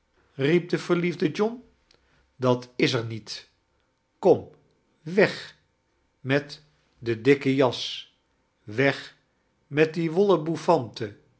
de verliefde john dat is er met kom weg met de dikke jas weg met die